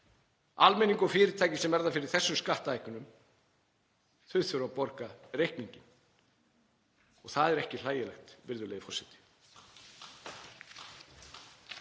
Almenningur og fyrirtæki sem verða fyrir þessum skattahækkunum þurfa að borga reikninginn. Það er ekki hlægilegt, virðulegi forseti.